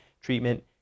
treatment